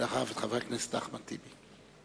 ואחריו, חבר הכנסת אחמד טיבי.